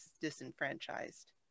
disenfranchised